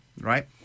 right